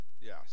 Yes